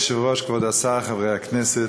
אדוני היושב-ראש, כבוד השר, חברי הכנסת,